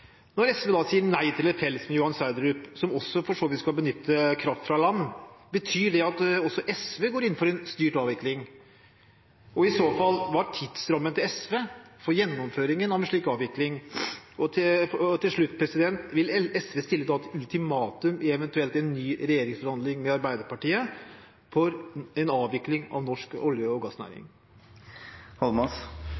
Når SV sier nei til et felt som Johan Sverdrup, som også for så vidt skal benytte kraft fra land, betyr det at også SV går inn for en styrt avvikling, og i så fall, hva er tidsrammen til SV for gjennomføringen av en slik avvikling? Til slutt: Vil SV da stille ultimatum i eventuelle nye regjeringsforhandlinger med Arbeiderpartiet for en avvikling av norsk olje- og gassnæring?